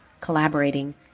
collaborating